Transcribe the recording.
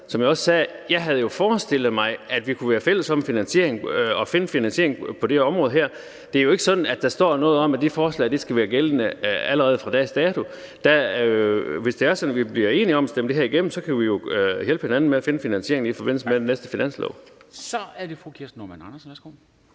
Jeg havde forestillet mig, at vi kunne være fælles om at finde finansieringen på det her område. Det er jo ikke sådan, at der står noget om, at det her forslag skal træde i kraft allerede fra dags dato. Hvis det er sådan, at vi bliver enige om at stemme det her igennem, så kan vi jo hjælpe hinanden med at finde finansieringen i forbindelse med den næste finanslov. Kl. 11:04 Formanden (Henrik